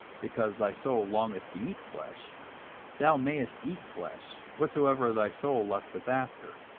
because thy soul longeth to eat flesh thou mayest eat flesh, whatsoever thy soul lusteth after.